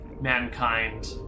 mankind